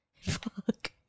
Fuck